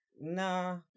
Nah